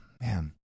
Man